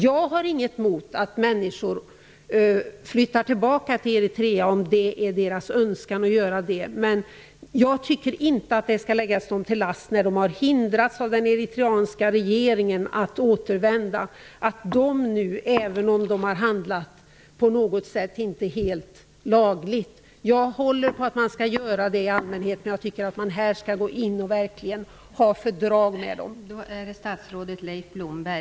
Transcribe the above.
Jag har inget emot att människor flyttar tillbaka till Eritrea, om det är deras önskan att göra det, men jag tycker inte att det skall läggas dem till last att den eritreanska regeringen har hindrat dem från att återvända. Det gäller även om de på något sätt inte skulle ha handlat helt lagligt. Jag håller i allmänhet på att man skall göra det, men jag tycker att vi verkligen skall ha fördrag med dessa människor.